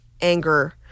anger